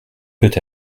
peut